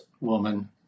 woman